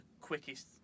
quickest